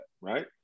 right